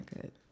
good